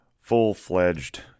full-fledged